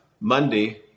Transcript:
Monday